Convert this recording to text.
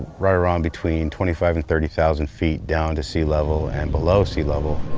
right around between twenty five and thirty thousand feet down to sea level and below sea level.